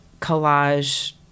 collage